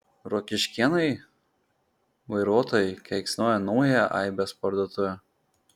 rokiškėnai vairuotojai keiksnoja naująją aibės parduotuvę